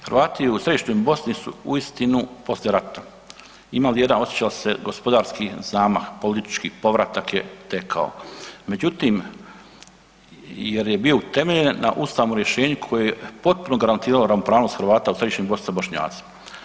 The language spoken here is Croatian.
Hrvati u središnjoj Bosni su uistinu poslije rata imali jedan osjećaj ... gospodarski zamah, politički povratak je tekao međutim jer je bio utemeljen na ustavnom rješenju koje je potpuno garantiralo ravnopravnost Hrvata u Središnjoj Bosni sa Bošnjacima.